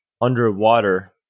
underwater